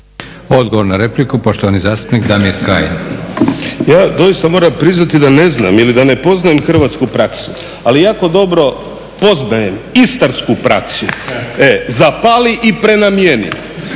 Odgovor na repliku, poštovani zastupnik Damir Kajin. **Kajin, Damir (ID - DI)** Ja doista moram priznati da ne znam ili da ne poznajem hrvatsku praksu, ali jako dobro poznajem istarsku praksu, zapali i prenamijeni.